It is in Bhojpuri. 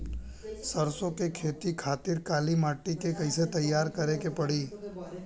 सरसो के खेती के खातिर काली माटी के कैसे तैयार करे के पड़ी?